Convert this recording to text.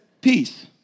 peace